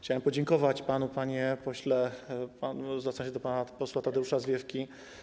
Chciałem podziękować panu, panie pośle, zwracam się do pana posła Tadeusza Zwiefki.